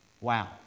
Wow